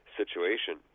situation